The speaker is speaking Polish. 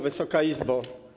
Wysoka Izbo!